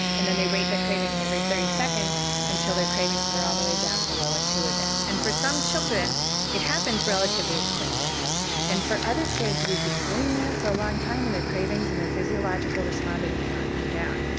and then they rate their cravings every thirty seconds until their cravings are all the way down below a two again. and for some children it happens relatively quickly and for other kids we'd be sitting there for a long time and their cravings and their physiological responding would not come down.